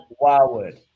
Wildwood